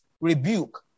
rebuke